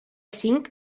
cinc